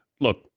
Look